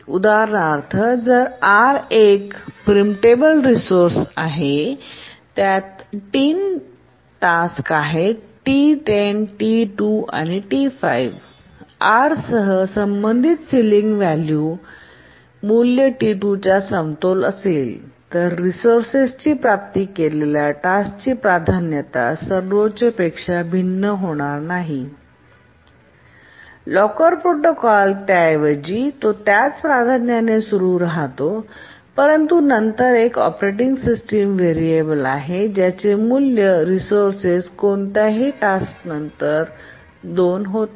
उदाहरणार्थ जर R एक प्री प्रीमॅटेबल रिसोर्से असल्यास तीन टास्क T10 T2 आणि T5 आणि R सह संबंधित सिलिंग व्हॅल्यू मूल्य T2च्या समतुल्य असेल तर रिसोर्सेसची प्राप्ती केलेल्या टास्क ची प्राधान्यता सर्वोच्चपेक्षा भिन्न होणार नाही लॉकर प्रोटोकॉल त्याऐवजी तो त्याच प्राधान्याने सुरू राहतो परंतु नंतर एक ऑपरेटिंग सिस्टम व्हेरिएबल आहे ज्याचे मूल्य रिसोर्से कोणत्याही टास्कनंतर दोन होते